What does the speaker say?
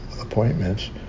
appointments